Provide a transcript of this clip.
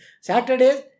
Saturdays